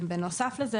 בנוסף לזה,